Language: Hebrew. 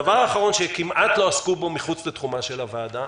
הדבר האחרון שכמעט לא עסקו בו מחוץ לתחומה של הוועדה,